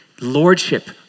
Lordship